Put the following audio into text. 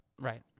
right